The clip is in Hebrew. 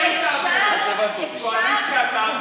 לא,